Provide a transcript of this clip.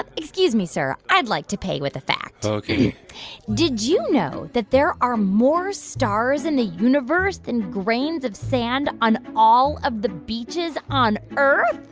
excuse me, sir. i'd like to pay with a fact ok did you know that there are more stars in the universe than grains of sand on all of the beaches on earth?